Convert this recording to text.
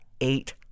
eight